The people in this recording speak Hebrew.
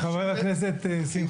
חבר הכנסת סופר,